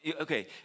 okay